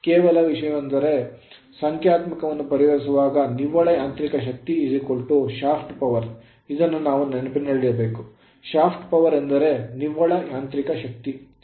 ಕೇವಲ ವಿಷಯವೆಂದರೆ ಸಂಖ್ಯಾತ್ಮಕನ್ನ ಪರಿಹರಿಸಲು ನಿವ್ವಳ ಯಾಂತ್ರಿಕ ಶಕ್ತಿ ಶಾಫ್ಟ್ ಪವರ್ ಇದನ್ನು ನಾವು ನೆನಪಿನಲ್ಲಿಡಬೇಕು ಶಾಫ್ಟ್ ಪವರ್ ಎಂದರೆ ನಿವ್ವಳ ಯಾಂತ್ರಿಕ ಶಕ್ತಿ